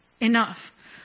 enough